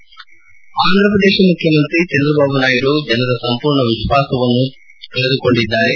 ಹರೀಶ್ ಆಂಧ್ರಪ್ರದೇಶ ಮುಖ್ಯಮಂತ್ರಿ ಚಂದ್ರಬಾಬು ನಾಯ್ಡು ಜನರ ಸಂಪೂರ್ಣ ವಿಶ್ವಾಸವನ್ನು ಕಳೆದುಕೊಂಡಿದ್ದಾರೆ